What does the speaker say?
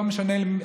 לא משנה מי,